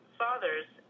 father's